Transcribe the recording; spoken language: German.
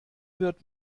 wird